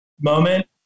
moment